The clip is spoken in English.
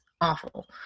awful